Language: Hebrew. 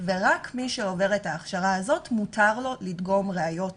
ורק מי שעובר את ההכשרה הזאת מותר לו לדגום ראיות